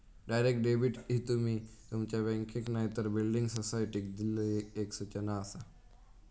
direct debit ही तुमी तुमच्या बँकेक नायतर बिल्डिंग सोसायटीक दिल्लली एक सूचना आसा